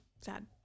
sad